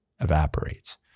evaporates